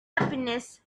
unhappiness